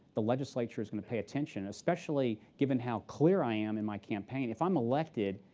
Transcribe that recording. the legislature is going to pay attention, especially given how clear i am in my campaign. if i'm elected,